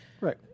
right